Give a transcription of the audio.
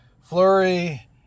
flurry